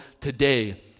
today